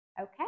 Okay